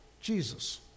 Jesus